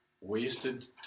wasted